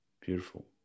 Beautiful